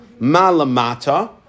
malamata